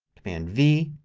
command v.